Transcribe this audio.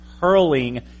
hurling